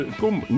kom